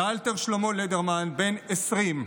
ואלתר שלמה לדרמן בן 20,